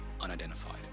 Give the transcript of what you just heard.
unidentified